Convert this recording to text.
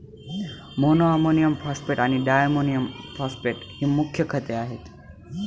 monoammonium phosphate आणि diammonium phosphate ही मुख्य खते आहेत